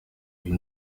uyu